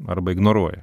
arba ignoruoja